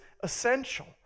essential